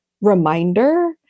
reminder